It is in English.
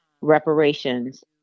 reparations